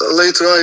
later